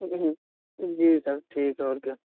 جی sir ٹھیک ہے اور کیا